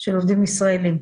של עובדים ישראליים.